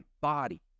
body